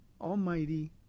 almighty